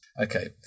Okay